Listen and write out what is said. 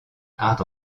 hard